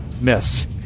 Miss